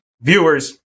viewers